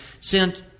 sent